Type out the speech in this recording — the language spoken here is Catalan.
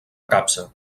capsa